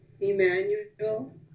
Emmanuel